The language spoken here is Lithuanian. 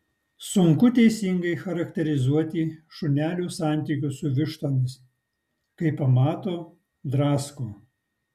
sunku teisingai charakterizuoti šunelių santykius su vištomis kai pamato drasko